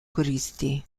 koristi